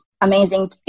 amazing